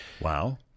wow